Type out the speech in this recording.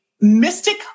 mystic